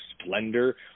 splendor